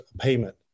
payment